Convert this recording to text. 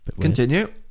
continue